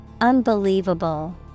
Unbelievable